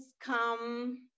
come